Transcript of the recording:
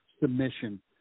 submission